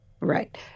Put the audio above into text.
Right